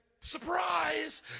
surprise